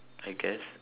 I guess